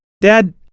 Dad